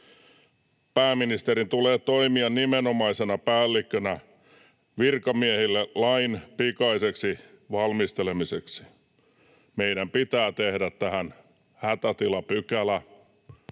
Pääministerin tulee toimia nimenomaisena päällikkönä virkamiehille lain pikaiseksi valmistelemiseksi. Meidän pitää tehdä tähän hätätilapykälä,